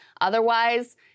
Otherwise